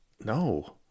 No